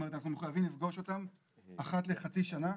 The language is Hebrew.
אנחנו מחויבים לפגוש אותם אחת לחצי שנה,